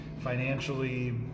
financially